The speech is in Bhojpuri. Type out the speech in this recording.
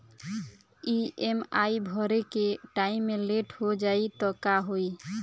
ई.एम.आई भरे के टाइम मे लेट हो जायी त का होई?